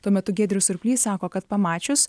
tuo metu giedrius surplys sako kad pamačius